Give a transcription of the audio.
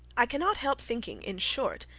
i cannot help thinking, in short,